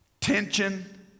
tension